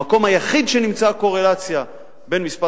המקום היחיד שנמצאה קורלציה בין מספר